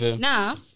Now